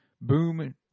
boom